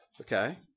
Okay